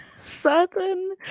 certain